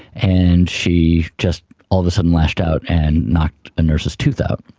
and she just all of a sudden lashed out and knocked a nurse's tooth out.